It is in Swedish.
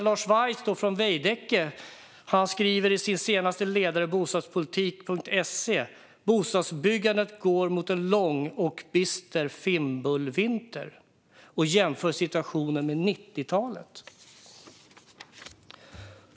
Lars Weiss på Veidekke skriver i sin senaste ledare på bostadspolitik.se att bostadsbyggandet går mot en lång och bister fimbulvinter, och han jämför situationen med den på 90-talet.